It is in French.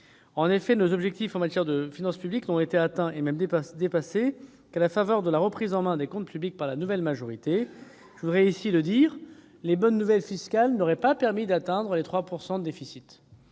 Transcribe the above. En effet, nos objectifs en matière de finances publiques n'ont été atteints, et même dépassés, qu'à la faveur de la reprise en main des comptes publics par la nouvelle majorité. Je le souligne, les seules bonnes nouvelles fiscales n'auraient pas suffi à ramener le déficit